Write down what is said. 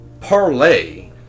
parlay